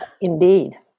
Indeed